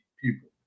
people